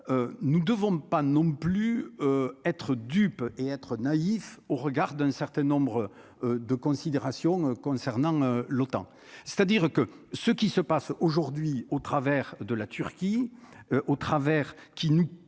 nous devons pas non plus être dupe et être naïf au regard d'un certain nombre de considérations concernant l'OTAN, c'est-à-dire que ce qui se passe aujourd'hui au travers de la Turquie au travers qui nous